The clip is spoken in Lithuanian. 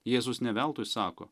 jėzus ne veltui sako